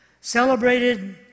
celebrated